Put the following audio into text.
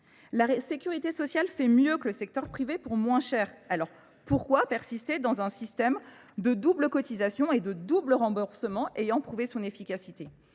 La sécurité sociale fait mieux que le secteur privé pour moins cher. Alors pourquoi persister dans un système de double cotisation et de double remboursement ayant prouvé son efficacité ?